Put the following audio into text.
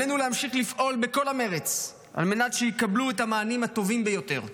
עלינו להמשיך לפעול בכל המרץ על מנת שהם יקבלו את המענים הטובים ביותר.